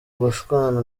gushwana